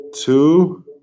two